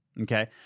Okay